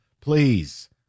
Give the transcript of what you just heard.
Please